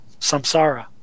samsara